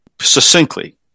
succinctly